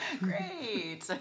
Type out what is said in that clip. great